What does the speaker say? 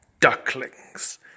ducklings